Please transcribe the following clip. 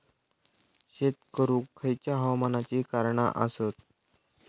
शेत करुक खयच्या हवामानाची कारणा आसत?